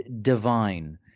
divine